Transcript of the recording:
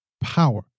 power